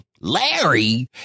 Larry